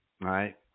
right